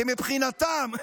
כי מבחינתם,